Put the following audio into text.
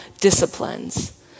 disciplines